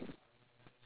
yup